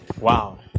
Wow